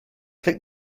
click